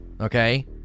Okay